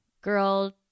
girl